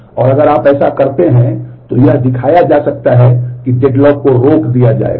और अगर आप ऐसा कर सकते हैं तो यह दिखाया जा सकता है कि डेडलॉक को रोक दिया जाएगा